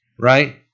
right